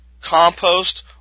compost